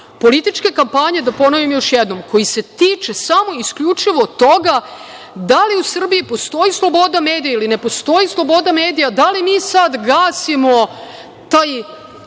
političke kampanje, da ponovim još jednom, koji se tiče samo i isključivo toga da li u Srbiji postoji sloboda medija ili ne postoji sloboda medija, da li mi sad gasimo taj